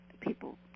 people